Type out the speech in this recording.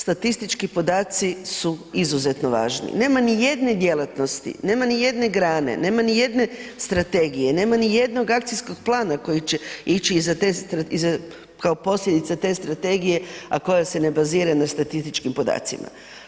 Statistički podaci su izuzetno važni, nema nijedne djelatnosti, nema ni jedne grane, nema ni jedne strategije, nema nijednog akcijskog plana koji će ići kao posljedica te strategije, a koja se ne bazira na statističkim podacima.